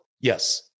yes